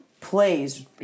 plays